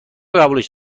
قبولش